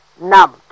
numbed